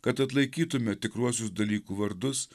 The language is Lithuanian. kad atlaikytume tikruosius dalykų vardus